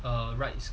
err rights